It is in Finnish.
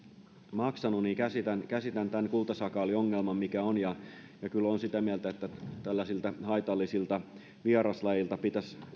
maksanut eli käsitän tämän kultasakaaliongelman mikä on kyllä olen sitä mieltä että tällaisilta haitallisilta vieraslajeilta pitäisi